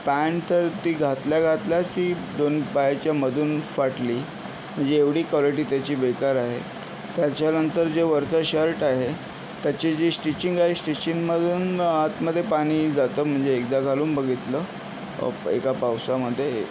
pant तर ती घातल्याघातल्याचं ती दोन पायाच्यामधून फाटली म्हणजे एवढी क्वालिटी त्याची बेकार आहे त्याच्यानंतर जे वरचा शर्ट आहे त्याची जी स्टिचिंग आहे स्टिचिंगमधून आतमध्ये पाणी जातं म्हणजे एकदा घालून बघितलं एका पावसामध्ये